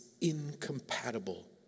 incompatible